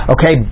Okay